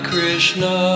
Krishna